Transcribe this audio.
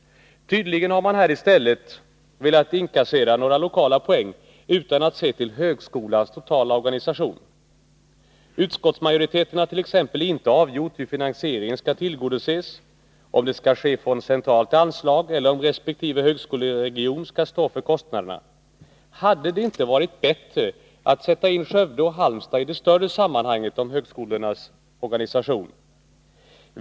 Tydligen har man här i stället velat inkassera några lokala poäng, utan att se till högskolans totala organisation. Utskottsmajoriteten har t.ex. inte avgjort hur finansieringen skall tillgodoses, om det skall ske från centralt anslag eller om resp. högskoleregion skall stå för kostnaderna. Hade det inte varit bättre att sätta in Skövde och Halmstad i det större sammanhanget om högskolornas organisation?